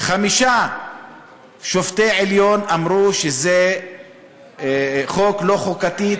חמישה שופטי עליון אמרו שזה חוק לא חוקתי,